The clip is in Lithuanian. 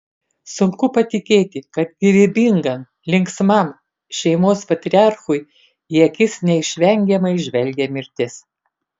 sunku patikėti kad gyvybingam linksmam šeimos patriarchui į akis neišvengiamai žvelgia mirtis